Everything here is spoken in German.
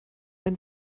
ein